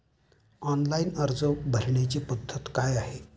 Online अर्ज भरण्याची पद्धत काय आहे?